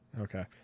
Okay